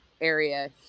area